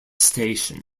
station